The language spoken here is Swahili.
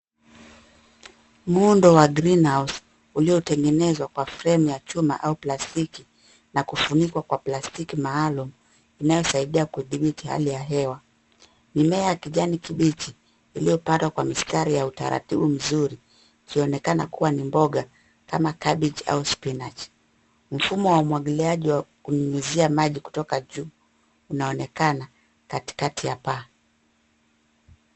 Muundo wa greenhouse uliotengenezwa kwa frame ya chuma au plastiki na kufunikwa kwa plastiki maalum inayosaidia kuthibiti hali ya hewa. Mimea ya kijani kibichi iliyopandwa kwa mistari ya utaratibu mzuri ikionekana kuwa ni mboga ni kama cabbage au spinach .Mfumo wa umwagiliaji wa kunyunyizia maji kutoka juu unaonekana katikati ya paa.